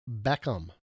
Beckham